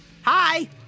Hi